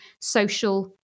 social